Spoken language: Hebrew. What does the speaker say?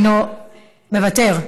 מוותר.